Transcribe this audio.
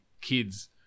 kids